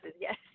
Yes